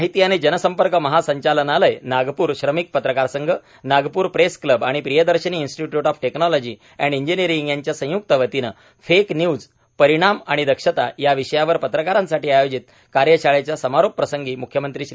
माहिती आणि जनसंपर्क महासंचालनालय नागपूर श्रमिक पत्रकार संघ नागपूर प्रेस क्बल आणि Priyadarshini institute of technology and engineering यांच्या संयुक्त वतीने फेक न्यूज परिणाम आणि दक्षता या विषयावर पत्रकारांसाठी आयोजित कार्यशाळेच्या समारोपप्रसंगी मुख्यमंत्री श्री